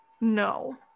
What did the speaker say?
no